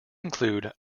include